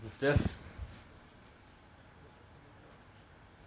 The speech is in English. I hope I hope in the future I hope I hope in the future I get neighbours like yours